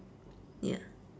ya